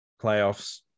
playoffs